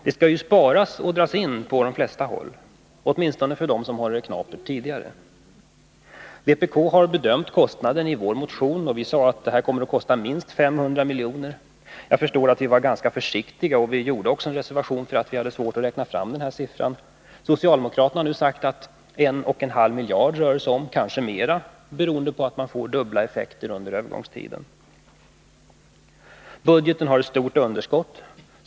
Det skall ju sparas och dras in på de flesta håll, åtminstone när det gäller dem som har det knapert tidigare. Vi inom vpk har i vår motion bedömt kostnaden, och vi sade att detta kommer att kosta minst 500 miljoner. Vi var ganska försiktiga, och vi gjorde också en reservation därför att vi hade svårt att räkna fram siffran. Socialdemokraterna har nu sagt att det rör sig om 1 eller 1,5 miljard, kanske mer, beroende på att man får dubbla effekter under övergångstiden. Budgeten har ett stort underskott.